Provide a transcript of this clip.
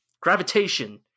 Gravitation